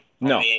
no